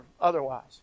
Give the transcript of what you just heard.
otherwise